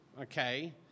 okay